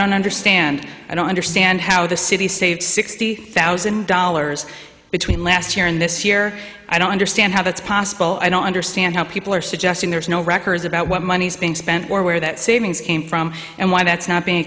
don't understand i don't understand how the city saved sixty thousand dollars between last year and this year i don't understand how that's possible i don't understand how people are suggesting there's no records about what money's being spent or where that savings came from and why that's not being